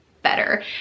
better